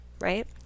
right